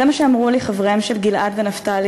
זה מה שאמרו לי חבריהם של גיל-עד ונפתלי